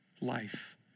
life